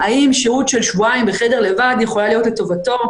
האם שהות של שבועיים בחדר לבד יכולה להיות לטובתו,